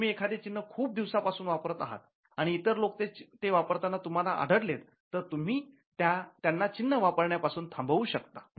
तुम्ही एखादे चिन्ह खूप दिवस पासून वापरात आहात आणि इतर लोक ते वापरताना तुम्हाला आढळले तर तुम्ही त्यांना चिन्ह वापरण्या पासून थांबवू शकतात